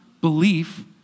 belief